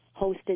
hosted